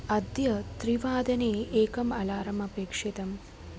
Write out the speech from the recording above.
अद्य त्रिवादने एकम् अलार्म् अपेक्षितम्